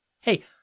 Hey